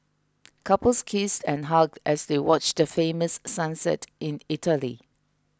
couples kissed and hugged as they watch the famous sunset in Italy